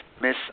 Miss